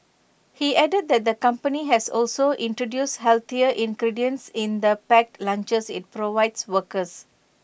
he added that the company has also introduced healthier ingredients in the packed lunches IT provides workers